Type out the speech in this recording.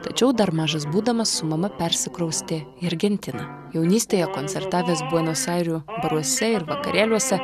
tačiau dar mažas būdamas su mama persikraustė į argentiną jaunystėje koncertavęs buenos airių baruose ir vakarėliuose